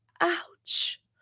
ouch